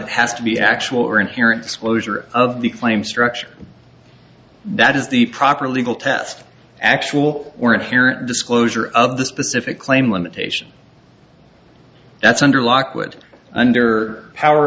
it has to be actual or inherent disclosure of the claim structure that is the proper legal test actual or inherent disclosure of the specific claim limitation that's under lockwood under power